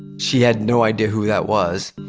she had no idea who that was,